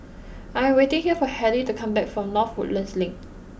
I am waiting here for Hettie to come back from North Woodlands Link